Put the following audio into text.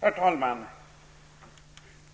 Herr talman!